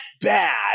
bad